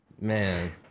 man